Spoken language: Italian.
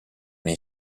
nei